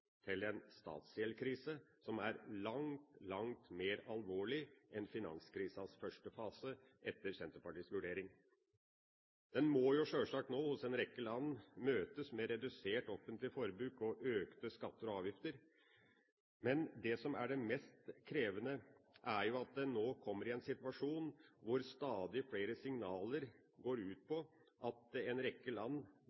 en statsgjeldskrise som er langt, langt mer alvorlig enn finanskrisas første fase, etter Senterpartiets vurdering. Den må i en rekke land sjølsagt møtes med redusert offentlig forbruk og økte skatter og avgifter. Men det som er det mest krevende, er at en nå er i en situasjon hvor stadig flere signaler går ut på